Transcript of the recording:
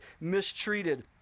mistreated